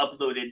uploaded